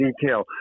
detail